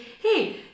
hey